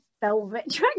velvet